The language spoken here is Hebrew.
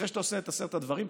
אחרי שאתה עושה את עשרת הדברים,